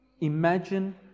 imagine